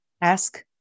ask